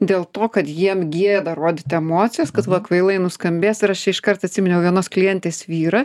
dėl to kad jiem gėda rodyti emocijas kad va kvailai nuskambės ir aš iškart atsiminiau vienos klientės vyrą